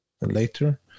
later